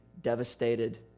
devastated